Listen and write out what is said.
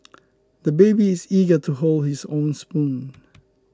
the baby is eager to hold his own spoon